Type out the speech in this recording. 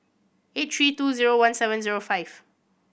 eight three two zero one seven zero five